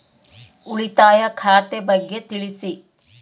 ಉಳಿತಾಯ ಖಾತೆ ಬಗ್ಗೆ ತಿಳಿಸಿ?